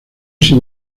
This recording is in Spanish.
sin